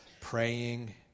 praying